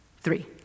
three